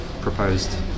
proposed